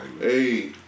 hey